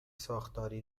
ساختاری